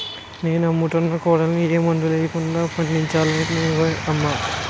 నేను అమ్ముతున్న కూరలన్నీ ఏ మందులెయ్యకుండా పండించినవే అమ్మా